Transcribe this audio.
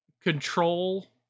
Control